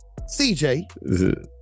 CJ